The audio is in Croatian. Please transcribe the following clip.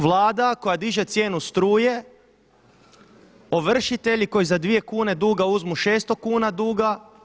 Vlada koja diže cijenu struje, ovršitelji koji za dvije kune duga uzmu 600 kuna duga.